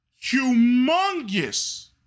Humongous